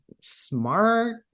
smart